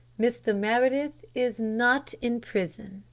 mr. meredith is not in prison,